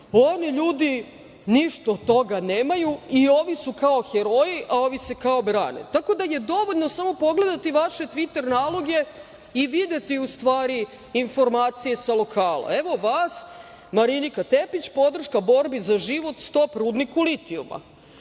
oni ljudi ništa od toga nemaju i oni su kao heroji, a ovi se kao brane. Tako da je dovoljno samo pogledati vaše „tviter“ naloge i videti u stvari informacije sa Lokala. Evo, vas „Marinika Tepić podrška borbi za život stop rudniku litijuma“